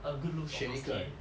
uh good looks obviously